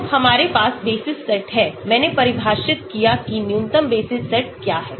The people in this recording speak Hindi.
तो हमारे पास बेसिस सेट है मैंने परिभाषित किया कि न्यूनतम बेसिस सेट क्या है